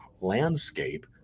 landscape